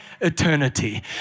eternity